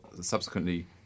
subsequently